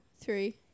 three